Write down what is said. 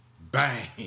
Bang